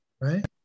right